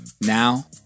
Now